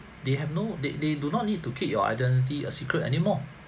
they have no they they do not need to keep your identity a secret anymore